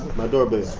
my doorbell?